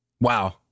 Wow